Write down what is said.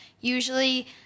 usually –